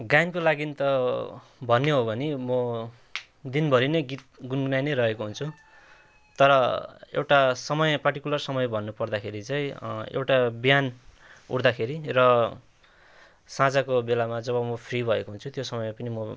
गायनको लागि त भन्ने हो भने म दिनभरि नै गीत गुनगुनाइनै रहेको हुन्छु तर एउटा समय पार्टिकुलर समय भन्नुपर्दाखेरि चाहिँ एउटा बिहान उठ्दाखेरि र साँझको बेलामा जब म फ्री भएको हुन्छु त्यो समयमा पनि म